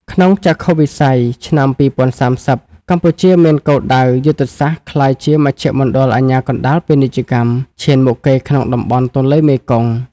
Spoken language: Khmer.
ក្នុងចក្ខុវិស័យឆ្នាំ ២០៣០ កម្ពុជាមានគោលដៅយុទ្ធសាស្ត្រក្លាយជា "មជ្ឈមណ្ឌលអាជ្ញាកណ្ដាលពាណិជ្ជកម្ម" ឈានមុខគេក្នុងតំបន់ទន្លេមេគង្គ។